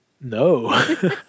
No